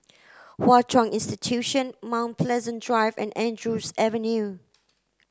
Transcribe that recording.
Hwa Chong Institution Mount Pleasant Drive and Andrews Avenue